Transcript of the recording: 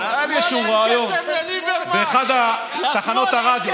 היה לי איזשהו ריאיון באחת מתחנות הרדיו.